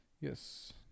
Yes